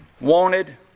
wanted